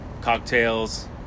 cocktails